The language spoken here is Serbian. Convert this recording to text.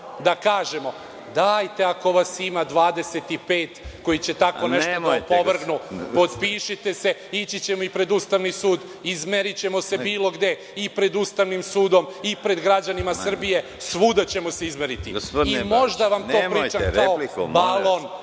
da kažemo – dajte ako vas ima 25 koji će tako nešto da opovrgnu, potpišite se i ići ćemo i pred Ustavni sud i izmerićemo se bilo gde i pred Ustavnim sudom i pred građanima Srbije. Svuda ćemo se izmeriti i možda …(Predsedavajući: